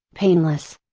painless.